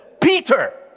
Peter